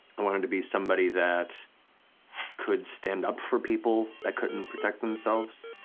i wanted to be somebody that could stand up for people that couldn't protect themselves.